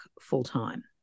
full-time